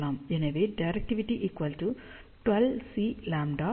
எனவே directivity 12Cλ 2n Sλ